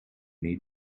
need